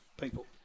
people